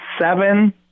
Seven